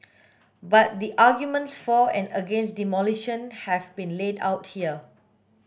but the arguments for and against demolition have been laid out here